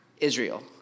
Israel